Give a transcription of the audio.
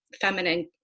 feminine